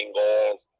goals